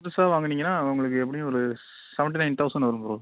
புதுசாக வாங்கினிங்கன்னா உங்களுக்கு எப்படியும் ஒரு செவன்டி நயன் தௌசண்ட் வரும் ப்ரோ